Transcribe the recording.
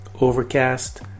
Overcast